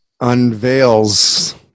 unveils